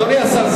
אדוני השר,